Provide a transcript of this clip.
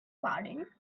pardon